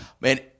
man